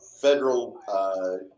federal